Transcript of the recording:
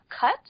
cut